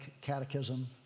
Catechism